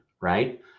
right